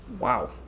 Wow